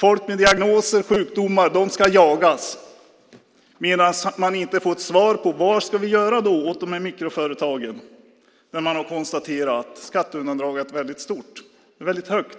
Folk med diagnoser och sjukdomar ska jagas, medan man inte får ett svar på vad vi ska göra åt mikroföretagen där det konstaterats att skatteundandragandet är väldigt stort.